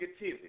negativity